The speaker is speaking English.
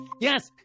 yes